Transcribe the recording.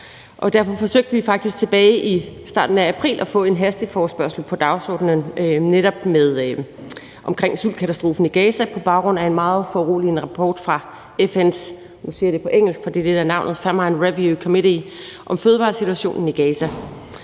Derfor forsøgte vi faktisk tilbage i starten af april at få en hasteforespørgsel på dagsordenen om netop sultkatastrofen i Gaza på baggrund af en meget foruroligende rapport fra FN's – nu siger jeg det på engelsk, for det er det, der er navnet – Famine Review Committee om fødevaresituationen i Gaza.